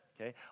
okay